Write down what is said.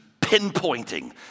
pinpointing